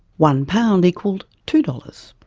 one pound equalled two dollars,